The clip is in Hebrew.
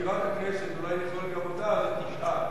הכנסת אולי נכלול גם אותה, ואז זה תשעה.